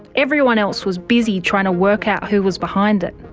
everyone else was busy trying to work out who was behind it.